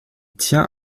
tient